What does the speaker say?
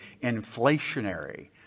inflationary